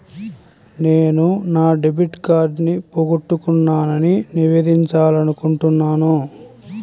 నేను నా డెబిట్ కార్డ్ని పోగొట్టుకున్నాని నివేదించాలనుకుంటున్నాను